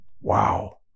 wow